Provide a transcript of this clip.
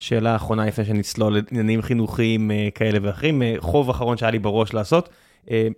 שאלה אחרונה, לפני שנצלול לעניינים חינוכיים כאלה ואחרים, חוב אחרון שהיה לי בראש לעשות.